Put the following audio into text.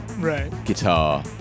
guitar